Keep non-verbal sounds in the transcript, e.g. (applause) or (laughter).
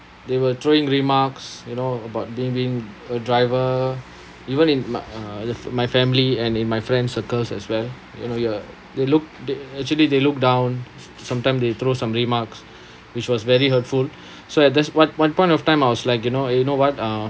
they were throwing remarks you know about being being a driver even in my uh my family and in my friend circles as well you know you're uh they look they actually they look down sometime they throw some remarks (breath) which was very hurtful (breath) so at this one one point of time I was like you know you know what uh